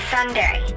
Sunday